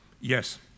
Yes